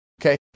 okay